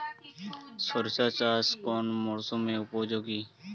সরিষা চাষ কোন মরশুমে উপযোগী?